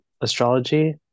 astrology